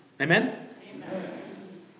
Amen